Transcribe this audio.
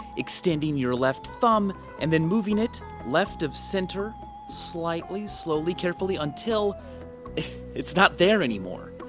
extending your left thumb and then moving it left-of-center slightly slowly carefully until it's not there anymore.